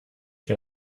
wir